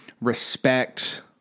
respect